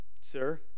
Sir